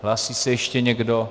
Hlásí se ještě někdo?